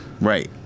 right